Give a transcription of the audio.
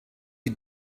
you